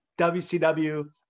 WCW